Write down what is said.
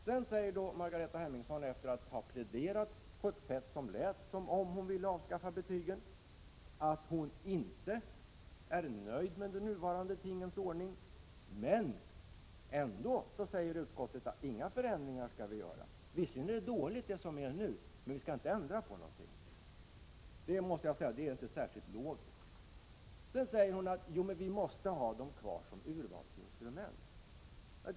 Sedan säger Margareta Hemmingsson, efter att ha pläderat på ett sätt så att det lät som om hon ville avskaffa betygen, att hon inte är nöjd med tingens nuvarande ordning. Men ändå säger utskottet att vi inte skall göra några förändringar. Det förhållande som råder nu är visserligen dåligt, men vi skall inte ändra på någonting. Jag måste säga att det inte är särskilt logiskt. Margareta Hemmingsson säger vidare att vi måste ha kvar betygen som urvalsinstrument.